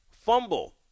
fumble